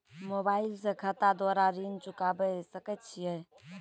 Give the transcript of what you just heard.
Mobile से खाता द्वारा ऋण चुकाबै सकय छियै?